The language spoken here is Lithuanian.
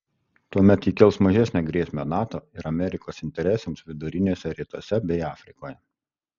tuomet ji kels mažesnę grėsmę nato ir amerikos interesams viduriniuose rytuose bei afrikoje